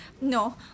No